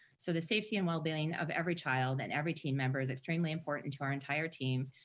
so the safety and well being of every child and every team member is extremely important to our entire team,